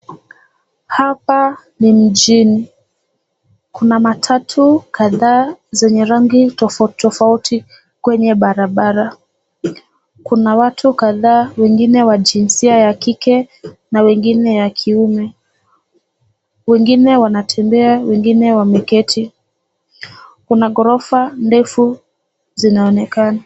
Hapa ni mjini, kuna matatu kadhaa zanyarangi tofotofoti kwenye barabara. Kuna watu kada wengine wajinsia ya kike na wengine ya kiume. Wengine wanatimbe, wengine wameketi. Kuna korofa, ndefu, zinaonekana.